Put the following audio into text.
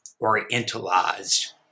orientalized